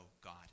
God